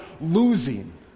losing